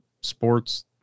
sports